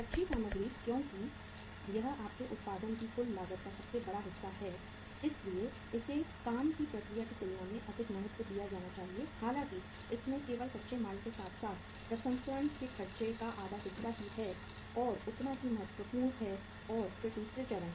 कच्ची सामग्री क्योंकि यह आपके उत्पादन की कुल लागत का सबसे बड़ा हिस्सा है इसलिए इसे काम की प्रक्रिया की तुलना में अधिक महत्व दिया जाना चाहिए हालाकि इसमें केवल कच्चे माल के साथ साथ प्रसंस्करण के खर्च का आधा हिस्सा ही है और उतना ही महत्वपूर्ण है और फिर दूसरे चरण